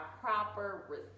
proper